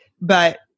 But-